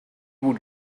would